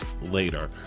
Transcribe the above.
later